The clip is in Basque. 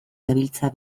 gabiltza